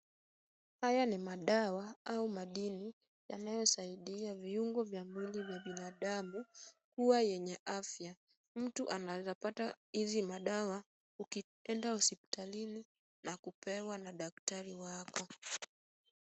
Haya ni madawa au madini, yanayosaidia viungo vya mwili vya binadumu kuwa yenye afya. Mtu anaeza pata hizi madawa ukienda hosipitalini na kupewa na daktari wako.